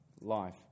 life